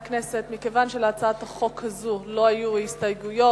כיוון שלהצעת החוק הזאת לא היו הסתייגויות,